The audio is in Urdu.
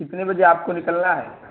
کتنے بجے آپ کو نکلنا ہے